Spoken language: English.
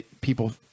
people